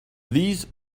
these